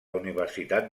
universitat